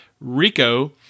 Rico